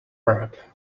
wrap